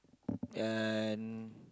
and